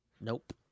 Nope